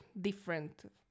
different